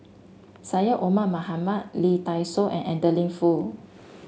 Syed Omar Mohamed Lee Dai Soh and Adeline Foo